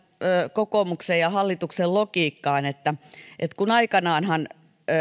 kokoomuksen ja hallituksen logiikkaan että että kun